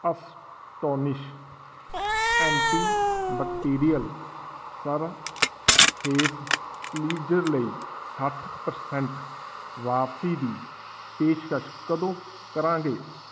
astonish antibacterial surface cleanser ਲਈ ਸੱਠ percent ਵਾਪਸੀ ਦੀ ਪੇਸ਼ਕਸ਼ ਕਦੋਂ ਕਰਾਂਗੇ